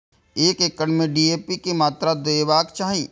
एक एकड़ में डी.ए.पी के मात्रा देबाक चाही?